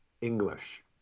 English